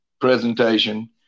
presentation